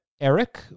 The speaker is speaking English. eric